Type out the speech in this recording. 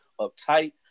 uptight